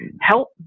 help